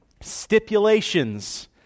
stipulations